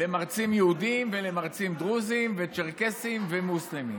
למרצים יהודים ולמרצים דרוזים וצ'רקסים, ומוסלמים.